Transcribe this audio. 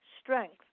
strength